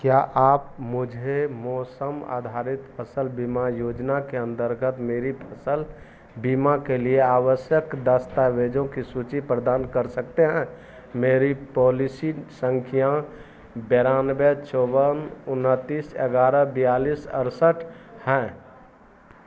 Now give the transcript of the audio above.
क्या आप मुझे मौसम आधारित फ़सल बीमा योजना के अंतर्गत मेरी फ़सल बीमा के लिए आवश्यक दस्तावेज़ों की सूची प्रदान कर सकते हैं मेरी पॉलिसी सँख्या बेरानवे चौवन उनतीस ग्यारह बयालीस अड़सठ है